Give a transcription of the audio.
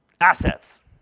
assets